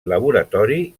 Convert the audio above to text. laboratori